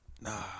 nah